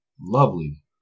lovely